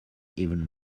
even